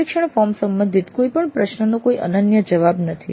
સર્વેક્ષણ ફોર્મ સંબંધિત કોઈપણ પ્રશ્નનો કોઈ અનન્ય જવાબ નથી